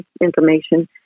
information